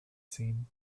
seen